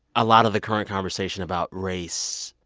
a lot of the current conversation about race,